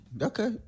Okay